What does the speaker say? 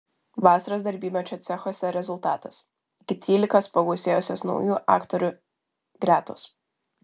vasaros darbymečio cechuose rezultatas iki trylikos pagausėjusios naujų aktorių gretos